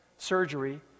surgery